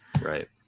Right